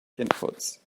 inputs